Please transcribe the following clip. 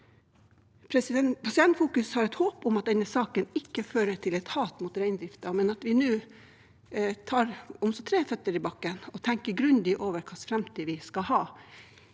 Pasientfokus har et håp om at denne saken ikke fører til et hat mot reindriften, men at vi nå tar om så tre føtter i bakken og tenker grundig over hvilken framtid vi skal ha